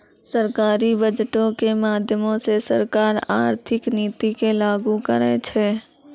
सरकारी बजटो के माध्यमो से सरकार आर्थिक नीति के लागू करै छै